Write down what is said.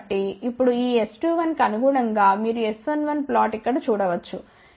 ఇప్పుడు ఈ S21కి అనుగుణంగా మీరు S11 ప్లాట్ ఇక్కడ చూడవచ్చు